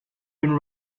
been